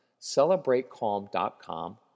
CelebrateCalm.com